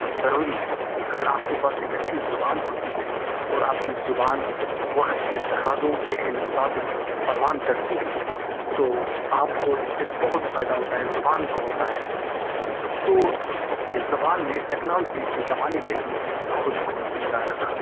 ضروری ہے اگر آپ کے پاس ایک اچھی زبان ہوتی ہے اور آپ کی زبان وقت کے تقاضوں کے عین مطابق پروان چڑھتی ہیں تو آپ کو اس سے بہت فائدہ ہوتا ہے زبان کو ہوتا ہیں تو اس زبان نے ٹیکنالوجی کے زمانے میں بھی خود کو زندہ رکھا